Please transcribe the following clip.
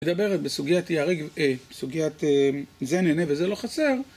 מדברת בסוגיית זה נהנה וזה לא חסר.